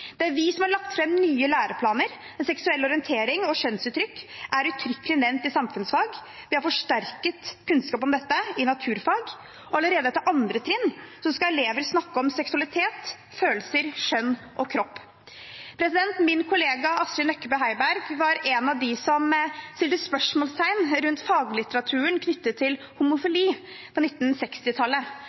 Det er vi som har lagt fram nye læreplaner der seksuell orientering og kjønnsuttrykk er uttrykkelig nevnt i samfunnsfag. Vi har forsterket kunnskap om dette i naturfag. Allerede etter 2. trinn skal elever snakke om seksualitet, følelser, kjønn og kropp. Min kollega Astrid Nøklebye Heiberg var en av de som satte spørsmålstegn ved faglitteraturen knyttet til homofili på